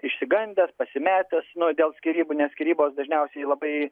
išsigandęs pasimetęs nu dėl skyrybų nes skyrybos dažniausiai labai